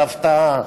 הפתעה,